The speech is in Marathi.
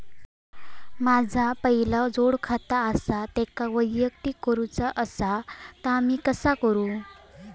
माझा पहिला जोडखाता आसा त्याका वैयक्तिक करूचा असा ता मी कसा करू?